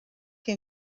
que